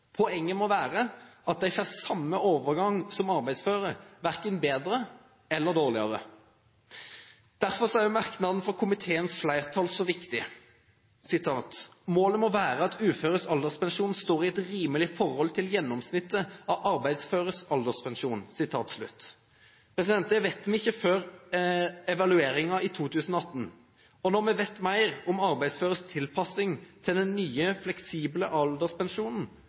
Poenget må være at de får samme overgang som arbeidsføre, verken bedre eller dårligere. Derfor er merknaden fra komiteens flertall så viktig: «Målet må være at uføres alderspensjon står i et rimelig forhold til gjennomsnittet av arbeidsføres alderspensjon.» Det vet vi ikke før evalueringen i 2018. Når vi vet mer om arbeidsføres tilpasning til den nye fleksible alderspensjonen,